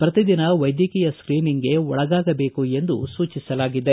ಪ್ರತಿದಿನ ವೈದ್ಯಕೀಯ ಸ್ವೀನಿಂಗ್ಗೆ ಒಳಗಾಗಬೇಕು ಎಂದು ಸೂಜಿಸಲಾಗಿದೆ